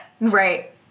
Right